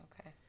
Okay